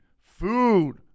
food